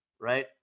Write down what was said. right